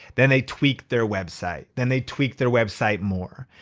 then they tweak their website. then they tweak their website more.